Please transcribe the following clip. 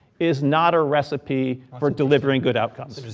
is not a recipe for delivering good outcomes.